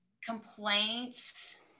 Complaints